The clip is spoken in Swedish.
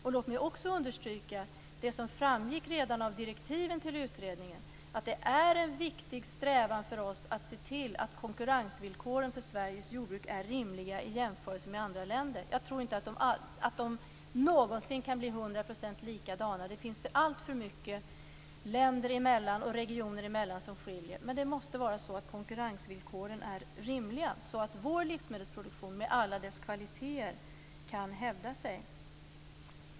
Låt mig vidare understryka det som framgick redan av direktiven till utredningen, att det är en viktig strävan för oss att se till att konkurrensvillkoren för Sveriges jordbruk är rimliga i jämförelse med andra länder. Jag tror inte att de någonsin kan bli hundraprocentigt likadana. Det finns alltför mycket länder och regioner emellan som skiljer, men konkurrensvillkoren måste vara rimliga så att vår livsmedelsproduktion med alla dess kvaliteter kan hävda sig.